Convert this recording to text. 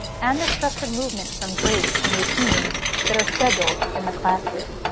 and the structured movement from breaks and routines that are scheduled in the classroom.